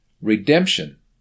REDEMPTION